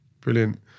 Brilliant